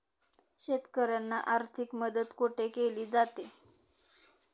शेतकऱ्यांना आर्थिक मदत कुठे केली जाते?